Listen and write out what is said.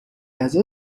ازت